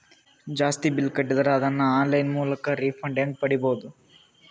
ಜಾಸ್ತಿ ಬಿಲ್ ಕಟ್ಟಿದರ ಅದನ್ನ ಆನ್ಲೈನ್ ಮೂಲಕ ರಿಫಂಡ ಹೆಂಗ್ ಪಡಿಬಹುದು?